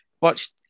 watch